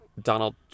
Donald